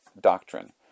doctrine